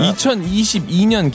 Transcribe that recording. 2022년